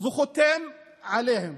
וחותם עליהם.